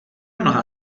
mlha